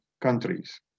countries